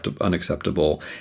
unacceptable